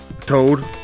Toad